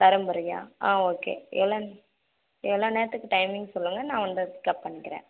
பெரம்புரையா ஆ ஓகே எவ்வளோ எவ்வளோ நேரத்துக்கு டைமிங் சொல்லுங்கள் நான் வந்து பிக்கப் பண்ணிக்கிறேன்